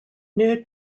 new